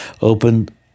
opened